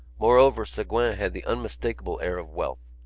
moreover segouin had the unmistakable air of wealth.